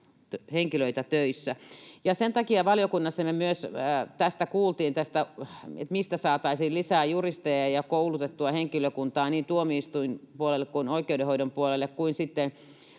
henkilöitä töissä. Sen takia valiokunnassamme kuultiin myös tästä, mistä saataisiin lisää juristeja ja koulutettua henkilökuntaa niin tuomioistuinpuolelle ja oikeudenhoidon puolelle